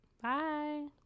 Bye